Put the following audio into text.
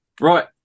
right